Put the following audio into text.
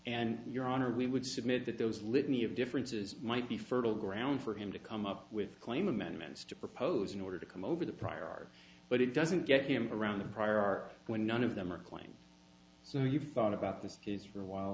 and your honor we would submit that those litany of differences might be fertile ground for him to come up with a claim amendments to propose in order to come over the prior art but it doesn't get him around the prior are when none of them are quite so you've thought about this case for a while